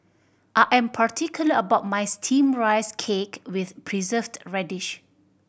I am particular about my Steamed Rice Cake with Preserved Radish